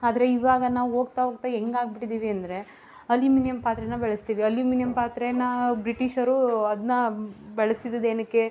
ಆದರೆ ಇವಾಗ ನಾವು ಹೋಗ್ತಾ ಹೋಗ್ತಾ ಹೆಂಗ್ ಆಗ್ಬಿಟ್ಟಿದ್ದೀವಿ ಅಂದರೆ ಅಲ್ಯುಮಿನಿಯಮ್ ಪಾತ್ರೆ ಬಳಸ್ತೀವಿ ಅಲ್ಯುಮಿನಿಯಮ್ ಪಾತ್ರೇನ ಬ್ರಿಟಿಷರು ಅದ್ನ ಬಳಸ್ತಿದಿದ್ದು ಏನಕ್ಕೆ